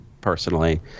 personally